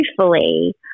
truthfully